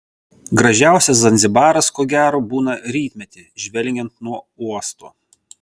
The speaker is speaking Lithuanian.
gražiausias zanzibaras ko gero būna rytmetį žvelgiant nuo uosto